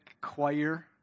choir